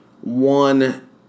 one